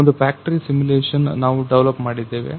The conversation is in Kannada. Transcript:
ಒಂದು ಫ್ಯಾಕ್ಟರಿ ಸಿಮುಲೇಶನ್ ನಾವು ಡವಲಪ್ ಮಾಡಿದ್ದೇವೆ